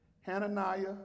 Hananiah